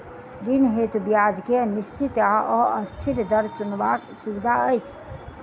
ऋण हेतु ब्याज केँ निश्चित वा अस्थिर दर चुनबाक सुविधा अछि